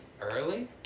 early